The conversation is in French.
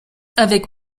avec